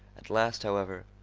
at last, however,